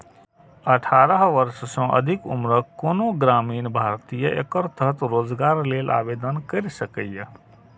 अठारह वर्ष सँ अधिक उम्रक कोनो ग्रामीण भारतीय एकर तहत रोजगार लेल आवेदन कैर सकैए